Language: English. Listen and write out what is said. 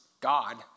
God